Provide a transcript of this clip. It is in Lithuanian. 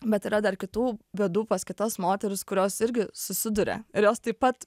bet yra dar kitų bėdų pas kitas moteris kurios irgi susiduria ir jos taip pat